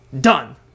Done